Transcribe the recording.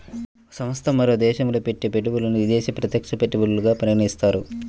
ఒక సంస్థ మరో దేశంలో పెట్టే పెట్టుబడులను విదేశీ ప్రత్యక్ష పెట్టుబడులుగా పరిగణిస్తారు